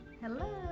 Hello